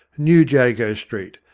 new jago street,